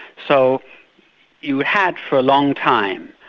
so you had, for a long time,